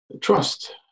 trust